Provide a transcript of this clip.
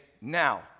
Now